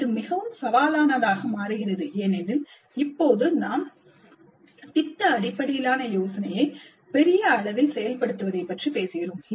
இது மிகவும் சவாலானதாக மாறுகிறது ஏனெனில் இப்போது நாம் திட்ட அடிப்படையிலான யோசனையை பெரிய அளவில் செயல்படுத்துவதைப் பற்றி பேசுகிறோம்